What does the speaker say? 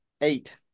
eight